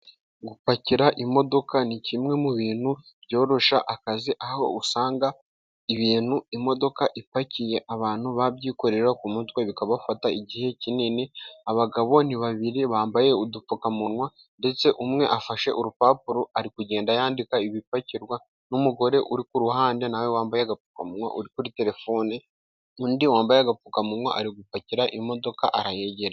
Gupakira imodoka ni kimwe mu bintu byoroshya akazi, aho usanga ibintu imodoka ipakiye, abantu babyikorera ku mutwe bikabafata igihe kinini. Abagabo ni babiri bambaye udupfukamunwa, ndetse umwe afashe urupapuro ari kugenda yandika ibipakirwa. N'umugore uri ku ruhande na we wambaye agapfukamunwa uri kuri terefone. Undi wambaye agapfukamunwa ari gupakira imodoka arayegereye.